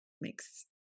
makes